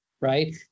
right